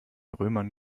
römern